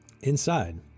inside